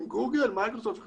גוגל מיקרוסופט ואחרים,